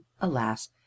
alas